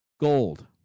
Gold